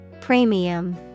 PREMIUM